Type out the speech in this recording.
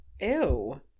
Ew